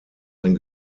ein